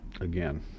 again